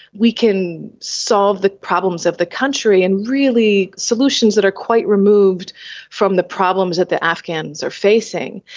we can solve the problems of the country, and really solutions that are quite removed from the problems that the afghans are facing.